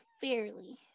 fairly